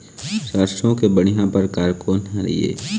सरसों के बढ़िया परकार कोन हर ये?